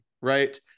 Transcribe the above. right